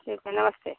ठीक है नमस्ते